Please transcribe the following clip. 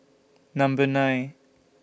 Number nine